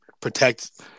protect